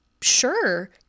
Sure